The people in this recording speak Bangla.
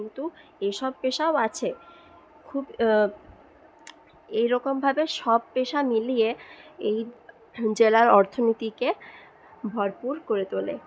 কিন্তু এসব পেশাও আছে খুব এরকমভাবে সব পেশা মিলিয়ে এই জেলার অর্থনীতিকে ভরপুর করে তোলে